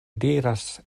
diras